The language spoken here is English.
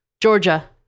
Georgia